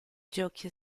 giochi